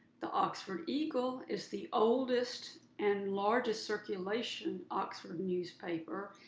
the oxford eagle is the oldest and largest circulation oxford newspaper.